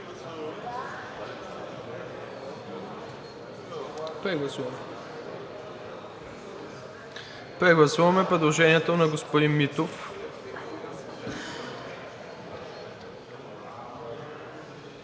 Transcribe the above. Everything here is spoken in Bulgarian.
Прегласуваме, колеги. Прегласуваме предложението на господин Митов.